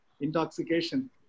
intoxication